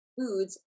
foods